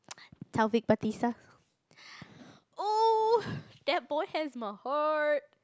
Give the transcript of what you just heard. Taufik Batisah !oo! that boy has my heart